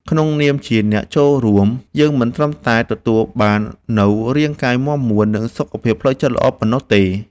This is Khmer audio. ក្នុងនាមជាអ្នកចូលរួម យើងមិនត្រឹមតែទទួលបាននូវរាងកាយមាំមួន និងសុខភាពផ្លូវចិត្តល្អប៉ុណ្ណោះទេ។